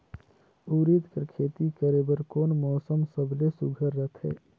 उरीद कर खेती करे बर कोन मौसम सबले सुघ्घर रहथे?